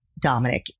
Dominic